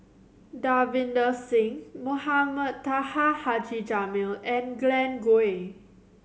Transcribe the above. Davinder Singh Mohamed Taha Haji Jamil and Glen Goei